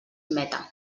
meta